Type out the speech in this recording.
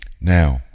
Now